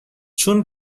چون